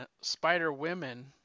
Spider-Women